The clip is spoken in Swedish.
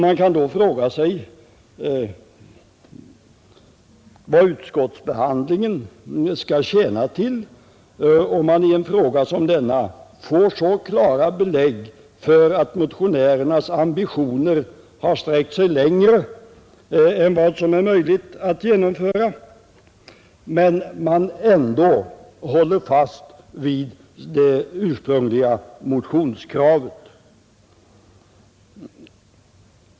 Man kan fråga sig vad utskottsbehandlingen skall tjäna till om man i en fråga som denna får så klara belägg för att motionärernas ambitioner har sträckt sig längre än till vad som är möjligt att genomföra men motionärerna ändå håller fast vid det ursprungliga motionskravet.